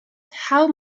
how